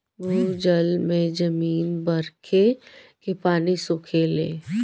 भूजल में जमीन बरखे के पानी सोखेले